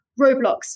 Roblox